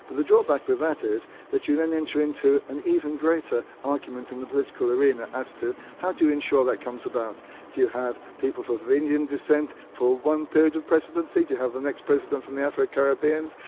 but the drawback with that is that you then enter into an even greater argument in the political arena as to how do ensure that comes about. do you have people of indian descent for one period of presidency? do you have the next president from the afro-caribbeans,